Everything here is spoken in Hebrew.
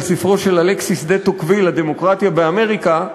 ספרו של אלכסיס דה-טוקוויל "הדמוקרטיה באמריקה"